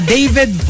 David